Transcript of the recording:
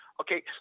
Okay